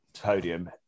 podium